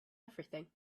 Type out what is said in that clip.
everything